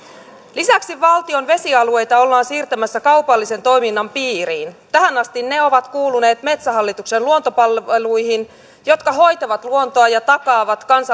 lisäksi valtion vesialueita ollaan siirtämässä kaupallisen toiminnan piiriin tähän asti ne ovat kuuluneet metsähallituksen luontopalveluihin joka hoitaa luontoa ja takaa kansalaisille mahdollisuuden